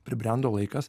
pribrendo laikas